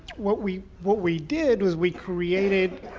what we what we did was we created